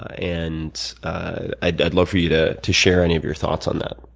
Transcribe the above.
and i'd i'd love for you to to share any of your thoughts on that.